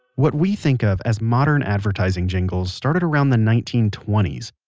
what we think of as modern advertising jingles started around the nineteen twenty s.